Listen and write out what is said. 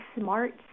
smart